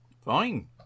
Fine